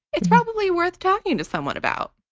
it's probably worth talking to someone about.